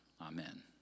Amen